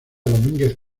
domínguez